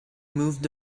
moved